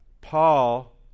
Paul